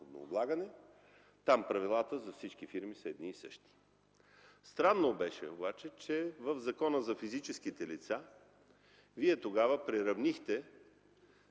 Там правилата за всички фирми са едни и същи. Странно беше обаче, че в Закона за физическите лица Вие тогава приравнихте